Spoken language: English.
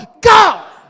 God